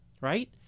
right